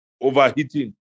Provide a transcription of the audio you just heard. overheating